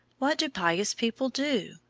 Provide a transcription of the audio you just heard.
what do pious people do?